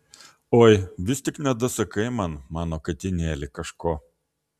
oi vis tik nedasakai man mano katinėli kažko